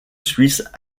suisse